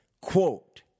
quote